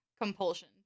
compulsion